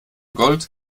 gold